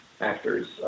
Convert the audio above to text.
actors